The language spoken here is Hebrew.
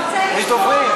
יש דוברים,